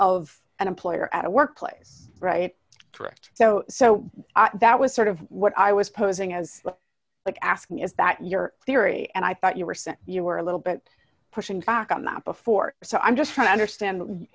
of an employer at a workplace right correct so so that was sort of what i was posing as like asking is that your theory and i thought you were sent you were a little bit pushing back on that before so i'm just trying to understand